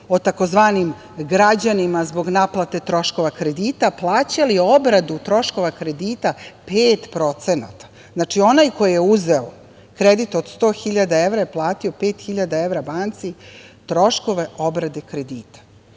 o takozvanim građanima zbog naplate troškova kredita, plaćali obradu troškova kredita 5%. Znači, onaj ko je uzeo kredit od 100.000 evra je platio 5.000 evra banci troškove obrade kredita. Prema